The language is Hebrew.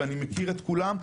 ואני מכיר את כולם,